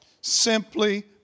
Simply